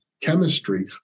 chemistry